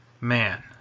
man